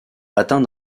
atteint